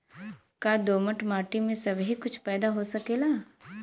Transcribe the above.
का दोमट माटी में सबही कुछ पैदा हो सकेला?